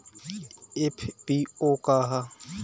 FPO का ह?